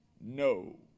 no